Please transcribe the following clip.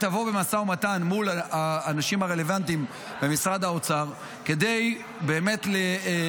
תבוא במשא ומתן מול האנשים הרלוונטיים במשרד האוצר כדי לעשות